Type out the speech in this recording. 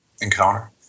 encounter